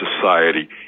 society